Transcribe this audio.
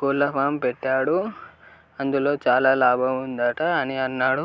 కోళ్ళ ఫారం పెట్టాడు అందులో చాలా లాభం ఉందట అని అన్నాడు